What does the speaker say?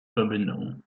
verbindungen